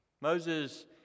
Moses